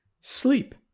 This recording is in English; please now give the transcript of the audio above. sleep